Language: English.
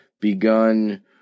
begun